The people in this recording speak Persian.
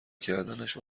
کردنش